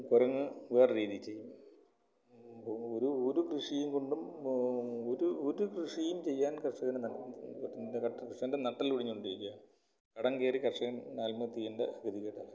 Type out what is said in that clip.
കുരങ്ങ് വേറെ രീതിയിൽ ചെയ്യും ഒരു ഒരു കൃഷിയും കൊണ്ടും ഒരു ഒരു കൃഷിയും ചെയ്യാൻ കർഷകന് കർഷകൻ്റെ നട്ടെല്ല് ഒടിഞ്ഞുകൊണ്ടിരിക്കുകയാണ് കടം കയറി കർഷകൻ ആത്മഹത്യ ചെയ്യേണ്ട ഗതികേടാണ്